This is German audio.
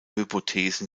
hypothesen